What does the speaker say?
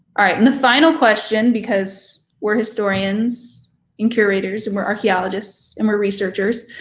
all right, and the final question, because we're historians and curators and we're archeologists and we're researchers,